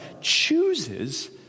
chooses